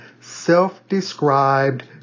self-described